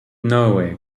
nowhere